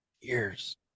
years